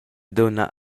dunna